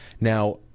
Now